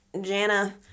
Jana